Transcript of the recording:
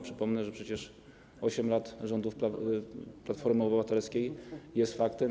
Przypomnę, że przecież 8 lat rządów Platformy Obywatelskiej to fakt.